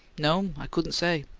no'm i couldn't say.